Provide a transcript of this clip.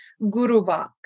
guruvak